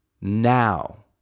now